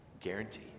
Guarantee